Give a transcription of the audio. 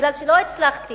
מכיוון שלא הצלחתי